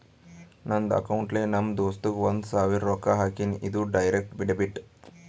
ನಂದ್ ಅಕೌಂಟ್ಲೆ ನಮ್ ದೋಸ್ತುಗ್ ಒಂದ್ ಸಾವಿರ ರೊಕ್ಕಾ ಹಾಕಿನಿ, ಇದು ಡೈರೆಕ್ಟ್ ಡೆಬಿಟ್